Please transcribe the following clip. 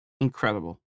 Incredible